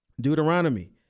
Deuteronomy